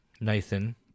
Nathan